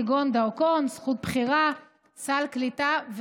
כגון דרכון, זכות בחירה וסל קליטה.